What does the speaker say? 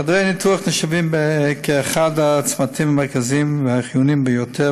חדרי הניתוח נחשבים לאחד הצמתים המרכזיים והחיוניים ביותר